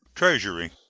treasury.